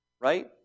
Right